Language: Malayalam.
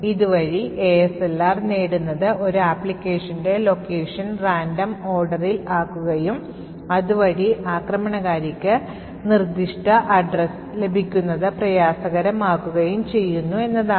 ഇതുവഴി ASLR നേടുന്നത് ഒരു ആപ്ലിക്കേഷന്റെ location random orderൽ ആക്കുകയും അതുവഴി ആക്രമണകാരിക്ക് നിർദ്ദിഷ്ട addresses ലഭിക്കുന്നത് പ്രയാസകരമാക്കുകയും ചെയ്യുന്നു എന്നതാണ്